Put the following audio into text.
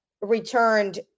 returned